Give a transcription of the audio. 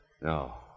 No